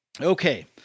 Okay